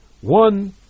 One